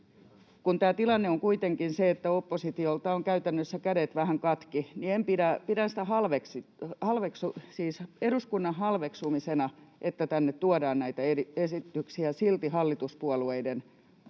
kun tämä tilanne on kuitenkin se, että oppositiolta ovat käytännössä kädet vähän katki, niin pidän sitä eduskunnan halveksumisena, että tänne silti tuodaan näitä esityksiä hallituspuolueiden toimesta.